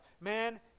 Man